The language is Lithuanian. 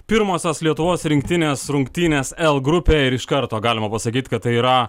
pirmosios lietuvos rinktinės rungtynės l grupėj ir iš karto galima pasakyt kad tai yra